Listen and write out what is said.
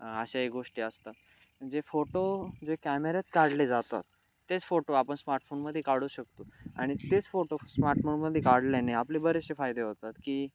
अशाही गोष्टी असतात जे फोटो जे कॅमेऱ्यात काढले जातात तेच फोटो आपण स्मार्टफोनमध्ये काढू शकतो आणि तेच फोटो स्मार्टफोनमध्ये काढल्याने आपले बरेचसे फायदे होतात की